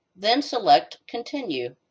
then select continue.